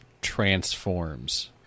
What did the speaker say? transforms